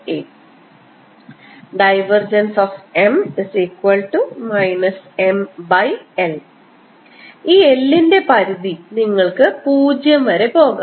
M Ml ഈ l ൻറെ പരിധി നിങ്ങൾക്ക് 0 വരെ പോകാം